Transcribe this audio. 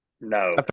no